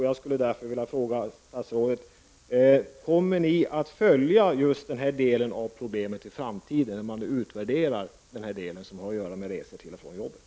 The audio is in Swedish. Jag vill därför fråga statsrådet: Kommer ni vid er framtida utvärdering att följa upp problemen med resor till och från arbetet?